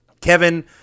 Kevin